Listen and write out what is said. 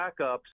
backups